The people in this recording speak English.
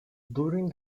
during